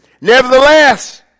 Nevertheless